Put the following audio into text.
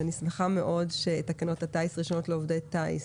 אני שמחה מאוד שתקנות הטיס (רישיונות לעובדי טיס)